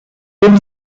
dem